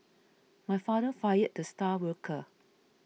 my father fired the star worker